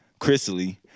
Chrisley